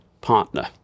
partner